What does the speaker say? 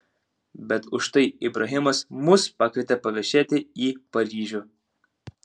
bet užtai ibrahimas mus pakvietė paviešėti į paryžių